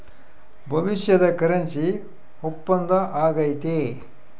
ಭವಿಷ್ಯದ ಕರೆನ್ಸಿ ಒಪ್ಪಂದ ಆಗೈತೆ